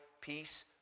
peace